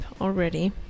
already